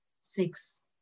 six